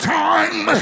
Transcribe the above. time